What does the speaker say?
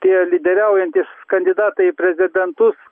tie lyderiaujantys kandidatai į prezidentus